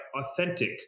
authentic